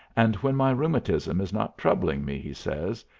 and when my rheumatism is not troubling me, he says,